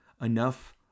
enough